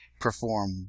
Perform